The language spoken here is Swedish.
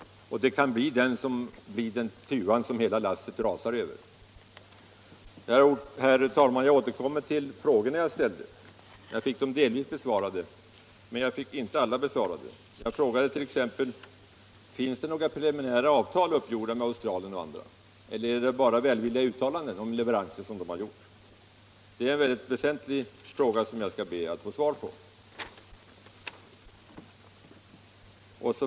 Den kan bli en tuva som stjälper hela lasset. Herr talman! Jag återkommer till frågorna jag ställde. Jag fick svar på en del av dem men inte alla. Jag frågade t.ex.: Finns det några preliminära avtal uppgjorda med Australien eller andra? Eller föreligger det bara välvilliga uttalanden om leveranser? Det är en väsentlig fråga som jag skall be att få svar på.